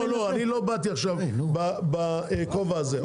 לא, לא, אני לא באתי עכשיו בכובע הזה.